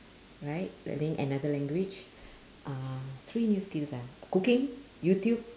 right learning another language um three new skills ah cooking youtube